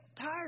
tired